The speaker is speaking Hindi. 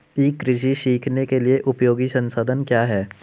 ई कृषि सीखने के लिए उपयोगी संसाधन क्या हैं?